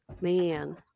Man